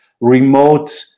remote